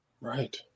Right